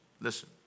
listen